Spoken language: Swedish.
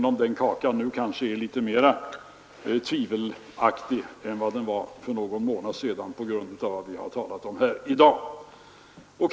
Storleken av den kakan är väl mindre säker i dag än den var för någon månad sedan på grund av det vi tidigare har talat om här.